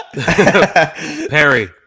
perry